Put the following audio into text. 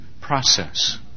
process